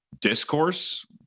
Discourse